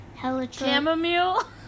chamomile